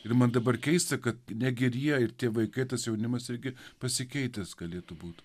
ir man dabar keista kad negeri jie ir tie vaikai tas jaunimas irgi pasikeitęs galėtų būti